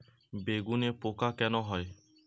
বেগুনে পোকা কেন হয়?